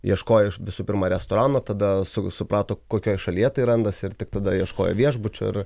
ieškojo iš visų pirma restorano tada su suprato kokioj šalyje tai randasi ir tik tada ieškojo viešbučio ir